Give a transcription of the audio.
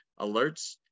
alerts